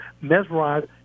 mesmerized